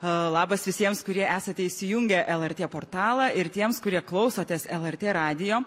a labas visiems kurie esate įsijungę lrt portalą ir tiems kurie klausotės lrt radijo